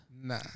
Nah